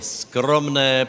skromné